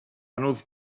anodd